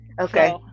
Okay